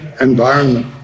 environment